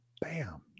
Bam